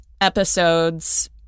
episodes